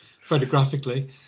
photographically